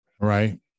Right